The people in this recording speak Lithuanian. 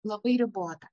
labai ribota